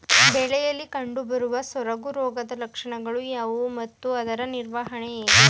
ಬೆಳೆಯಲ್ಲಿ ಕಂಡುಬರುವ ಸೊರಗು ರೋಗದ ಲಕ್ಷಣಗಳು ಯಾವುವು ಮತ್ತು ಅದರ ನಿವಾರಣೆ ಹೇಗೆ?